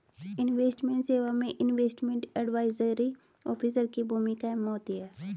investment सेवा में investment advisory officer की भूमिका अहम होती है